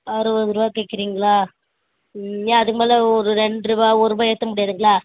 அறுபது ரூவா கேட்குறீங்களா ம் ஏன் அதுக்குமேல் ஒரு ரெண்டு ரூவா ஒருரூவா ஏற்ற முடியாதுங்களா